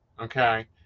Okay